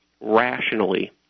rationally